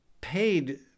paid